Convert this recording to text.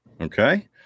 Okay